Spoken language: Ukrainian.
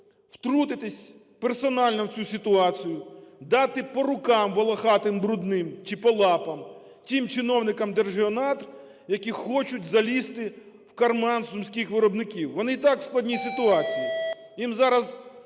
втрутитись персонально в цю ситуацію, дати по рукам, волохатим і брудним, чи по лапам, тим чиновникам Держгеонадр, які хочуть залізти в карман сумських виробників. Вони й так в складній ситуації, їм зараз